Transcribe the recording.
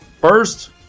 first